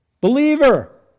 believer